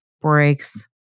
breaks